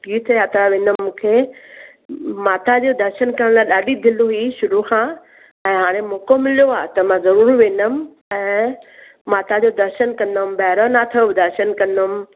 तीर्थ यात्रा वेंदमि मूंखे माता जो दर्शन करण लाइ ॾाढी दिलि हुई शुरुअ खां ऐं हाणे मौको मिलियो आहे त मां ज़रूरु वेंदमि ऐं माता जो दर्शन कंदमि भैरव नाथ जो बि दर्शन कंदमि